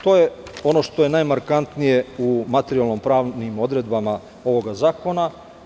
To je ono što je najmarkantnije u materijalno-pravnim odredbama ovoga zakona.